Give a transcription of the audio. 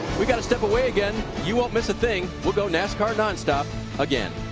we got step away again. you won't miss a thing. we'll go nascar nonstop again.